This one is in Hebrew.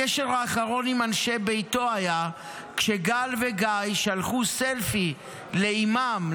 הקשר האחרון עם אנשי ביתו היה כשגל וגיא שלחו סלפי לאימם,